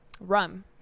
rum